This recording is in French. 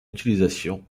utilisation